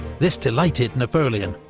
this delighted napoleon,